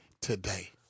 today